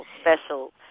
special